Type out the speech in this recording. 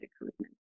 recruitment